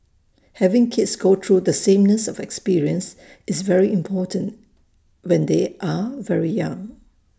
having kids go through the sameness of experience is very important when they are very young